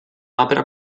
opera